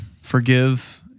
forgive